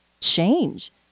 change